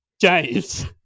james